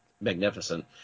magnificent